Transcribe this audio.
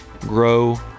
grow